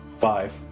Five